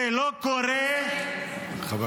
זה לא קורה -- חברת הכנסת.